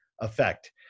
effect